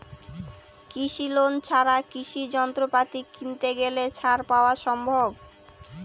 কৃষি লোন ছাড়া কৃষি যন্ত্রপাতি কিনতে গেলে ছাড় পাওয়া সম্ভব?